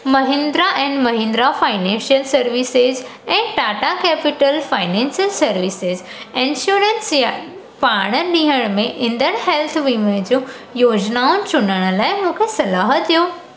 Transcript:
Mahindra and Mahindra financial services ऐं Tata capital financial services insurance या पाण ॾियण में ईंदड़ हैल्थ वीमे जो योजनाऊं चूंडण लाइ मूंखे सलाह ॾियो